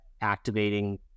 activating